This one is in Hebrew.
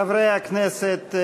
חברי הכנסת,